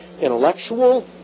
intellectual